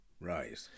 Right